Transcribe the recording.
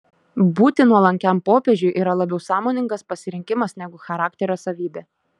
būti nuolankiam popiežiui yra labiau sąmoningas pasirinkimas negu charakterio savybė